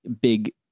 big